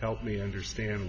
help me understand